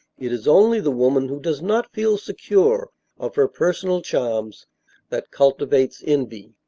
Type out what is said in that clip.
it is only the woman who does not feel secure of her personal charms that cultivates envy.